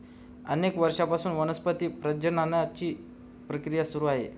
अनेक वर्षांपासून वनस्पती प्रजननाची प्रक्रिया सुरू आहे